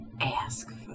ask